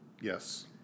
Yes